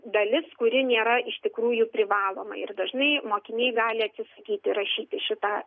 dalis kuri nėra iš tikrųjų privaloma ir dažnai mokiniai gali atsisakyti rašyti šitą